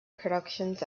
productions